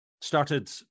started